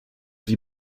die